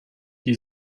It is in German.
die